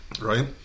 Right